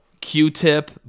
q-tip